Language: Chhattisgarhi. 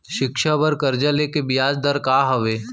शिक्षा बर कर्जा ले के बियाज दर का हवे?